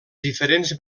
diferents